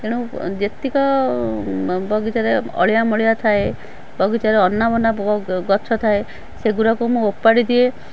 ତେଣୁ ଯେତିକି ବଗିଚାରେ ଅଳିଆ ମଳିଆ ଥାଏ ବଗିଚାରେ ଅନାବନା ଗଛ ଥାଏ ସେଗୁଡ଼ାକୁ ମୁଁ ଉପାଡ଼ି ଦିଏ